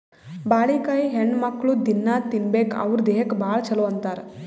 ಬಾಳಿಕಾಯಿ ಹೆಣ್ಣುಮಕ್ಕ್ಳು ದಿನ್ನಾ ತಿನ್ಬೇಕ್ ಅವ್ರ್ ದೇಹಕ್ಕ್ ಭಾಳ್ ಛಲೋ ಅಂತಾರ್